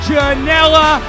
Janela